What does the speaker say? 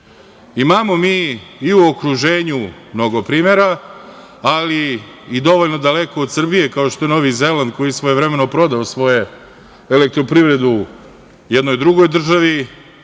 mi i u okruženju mnogo primera, ali i dovoljno daleko od Srbije, kao što je Novi Zeland, koji je svojevremeno prodao svoju elektroprivredu jednoj drugoj državi